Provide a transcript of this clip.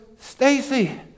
Stacy